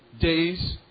days